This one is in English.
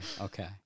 okay